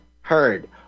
heard